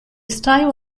style